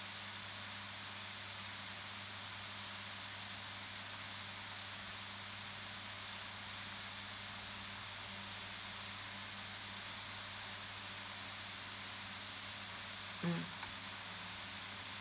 mm